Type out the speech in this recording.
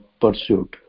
pursuit